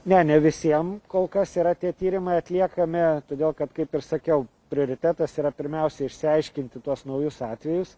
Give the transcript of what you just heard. ne nevisiem kol kas yra tie tyrimai atliekami todėl kad kaip ir sakiau prioritetas yra pirmiausia išsiaiškinti tuos naujus atvejus